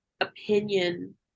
opinion